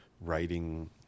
writing